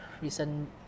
Recent